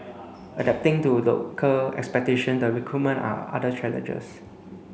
adapting to local expectation the recruitment are other challenges